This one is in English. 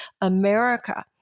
America